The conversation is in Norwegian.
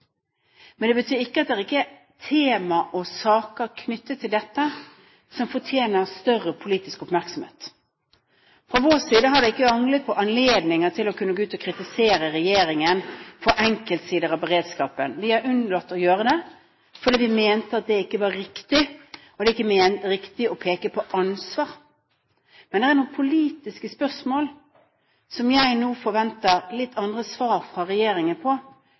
Men det betyr ikke at det ikke er tema og saker knyttet til dette som fortjener større politisk oppmerksomhet. Fra vår side har det ikke manglet på anledninger til å kunne gå ut og kritisere regjeringen for enkeltsider av beredskapen. Vi har unnlatt å gjøre det fordi vi mente at det ikke var riktig, og det er ikke riktig å peke på ansvar. Men det er noen politiske spørsmål som jeg nå forventer litt andre svar fra regjeringen på